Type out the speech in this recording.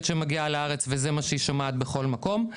שמגיעה לארץ וזה מה שהיא שומעת בכל מקום.